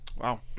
Wow